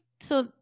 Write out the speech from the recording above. So-